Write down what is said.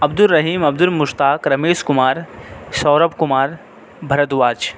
Abdul Rahim Abdul Mushtaq Ramesh Kumar Saurabh Kumar Bhardwaj